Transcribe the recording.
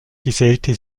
gesellte